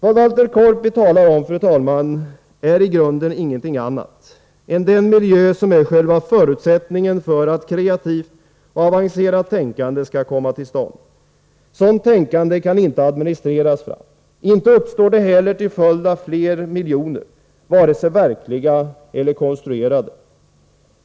Vad Walter Korpi talar om, fru talman, är i grunden ingenting annat än den miljö som är själva förutsättningen för ett kreativt och avancerat tänkande. Sådant tänkande kan inte administreras fram. Inte heller uppstår det till följd av fler miljoner, vare sig verkliga eller konstruerade.